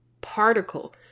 particle